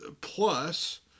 plus